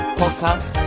podcast